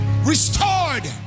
restored